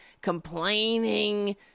complaining